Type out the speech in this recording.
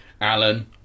Alan